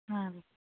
ಹಾಂ ರೀ